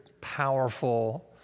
powerful